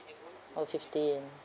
oh fifteen